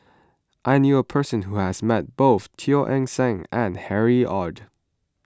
I knew a person who has met both Teo Eng Seng and Harry Ord